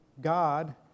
God